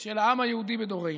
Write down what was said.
של העם היהודי בדורנו,